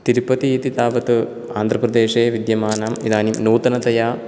तिरुपति इति तावत् आन्ध्रप्रदेशे विद्यमानम् इदानीं नूतनतया